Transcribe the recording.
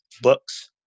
books